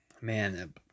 Man